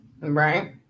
Right